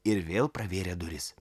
ir vėl pravėrė duris